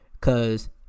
Cause